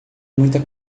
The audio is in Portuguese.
muita